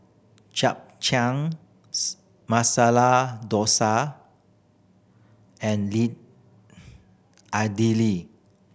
Japchae Masala Dosa and Idili